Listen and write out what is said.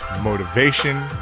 motivation